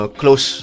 close